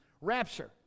rapture